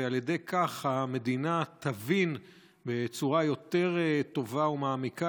ועל ידי כך המדינה תבין בצורה טובה ומעמיקה